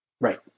right